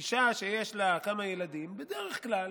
אישה שיש לה כמה ילדים, בדרך כלל